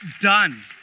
done